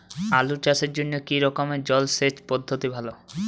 আলু চাষের জন্য কী রকম জলসেচ পদ্ধতি ভালো?